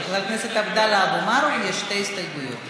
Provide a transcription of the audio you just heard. לחבר הכנסת עבדאללה אבו מערוף יש שתי הסתייגויות.